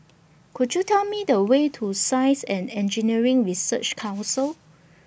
Could YOU Tell Me The Way to Science and Engineering Research Council